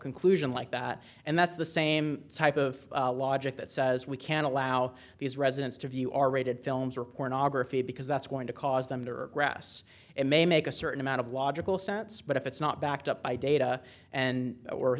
conclusion like that and that's the same type of logic that says we can allow these residents to view r rated films or pornography because that's going to cause them to regress it may make a certain amount of water cooler sense but if it's not backed up by data and or